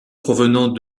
provenant